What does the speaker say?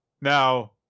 now